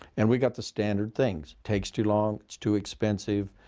and we got the standard things takes too long, it's too expensive,